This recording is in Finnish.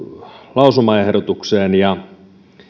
lausumaehdotukseen ja